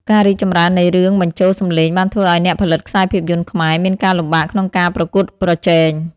ការរីកចម្រើននៃរឿងបញ្ចូលសម្លេងបានធ្វើឲ្យអ្នកផលិតខ្សែភាពយន្តខ្មែរមានការលំបាកក្នុងការប្រកួតប្រជែង។